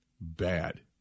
bad